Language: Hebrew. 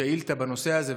שאילתה בנושא הזה,